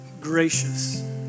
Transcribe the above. gracious